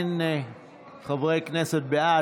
אין חברי כנסת בעד.